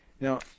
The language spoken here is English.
Now